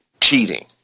cheating